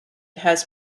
has